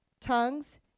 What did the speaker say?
tongues